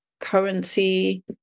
currency